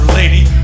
lady